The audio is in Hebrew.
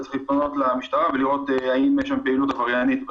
צריך לפנות למשטרה ולראות האם יש פעילות עבריינית.